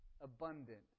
abundant